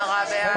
10 בעד.